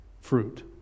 fruit